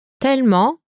Tellement